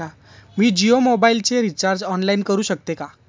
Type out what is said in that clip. मी जियो मोबाइलचे recharge online करू शकते का?